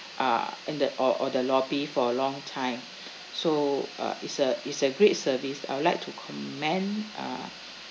uh in the or or the lobby for a long time so uh it's a it's a great service I'd like to commend uh